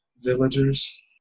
villagers